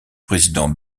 président